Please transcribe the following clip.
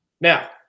Now